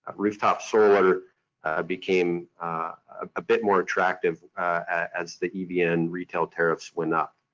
rooftop solar but ah became a bit more attractive as the evn retail tariffs went up,